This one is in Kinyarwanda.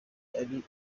ari